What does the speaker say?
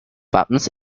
wappens